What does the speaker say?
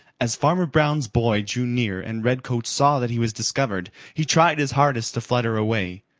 as farmer brown's boy drew near and redcoat saw that he was discovered, he tried his hardest to flutter away.